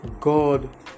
god